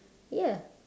ya